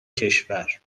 کشور